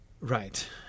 Right